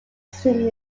scene